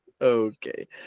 okay